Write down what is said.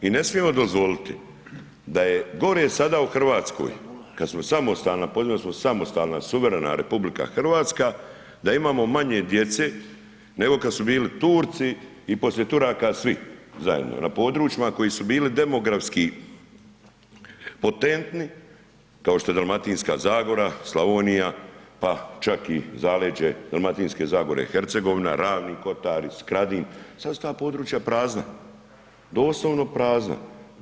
I ne smijemo dozvoliti da je gore sada u Hrvatskoj, kad smo samostalna, postali smo samostalna, suverena Republika Hrvatska da imamo manje djece, nego kad su bili Turci i poslije Turaka svi zajedno na područjima koji su bili demografski potentni, kao što je Dalmatinska zagora, Slavonija, pa čak i zaleđe Dalmatinske zagore, Hercegovina, Ravni kotari, Skradin, sad su ta područja prazna, doslovno prazna.